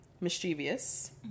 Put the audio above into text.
Mischievous